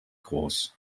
groß